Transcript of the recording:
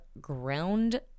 ground